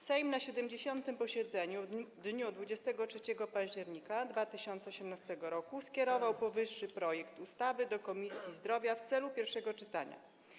Sejm na 70. posiedzeniu w dniu 23 października 2018 r. skierował powyższy projekt ustawy do Komisji Zdrowia w celu odbycia pierwszego czytania.